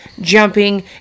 jumping